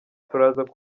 turaza